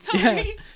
sorry